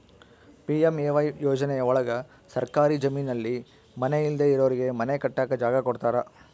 PMAY ಯೋಜನೆ ಒಳಗ ಸರ್ಕಾರಿ ಜಮೀನಲ್ಲಿ ಮನೆ ಇಲ್ದೆ ಇರೋರಿಗೆ ಮನೆ ಕಟ್ಟಕ್ ಜಾಗ ಕೊಡ್ತಾರ